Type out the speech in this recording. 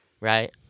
Right